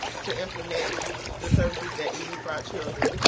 to implement the services that we need for our children.